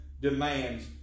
demands